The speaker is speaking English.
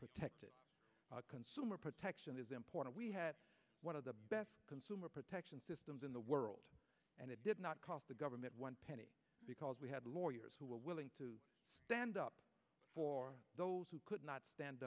protected consumer protection is important one of the best consumer protection systems in the world and it did not cost the government one penny because we had lawyers who were willing to stand up for those who could not stand